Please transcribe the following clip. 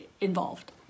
involved